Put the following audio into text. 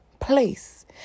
place